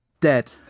Dead